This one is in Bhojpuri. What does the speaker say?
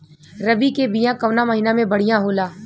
रबी के बिया कवना महीना मे बढ़ियां होला?